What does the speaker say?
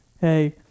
hey